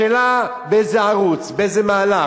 השאלה היא באיזה ערוץ, באיזה מהלך,